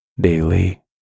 daily